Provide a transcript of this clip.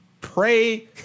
pray